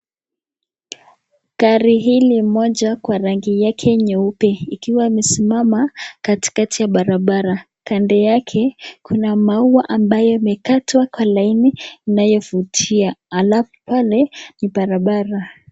Gari hili moja kwa rangi yake mweupe ikiwa imesimama, katikati ya barabara, kando yake kuna maua ambayo imekatwa kwa laini inayovutia alafu pale ni barabara.